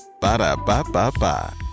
Ba-da-ba-ba-ba